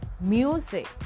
music